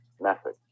method